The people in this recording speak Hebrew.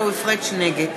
נגד